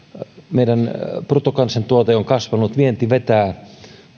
meidän bruttokansantuotteemme on kasvanut vienti vetää